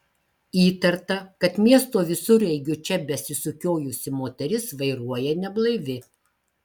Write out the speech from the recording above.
įtarta kad miesto visureigiu čia besisukiojusi moteris vairuoja neblaivi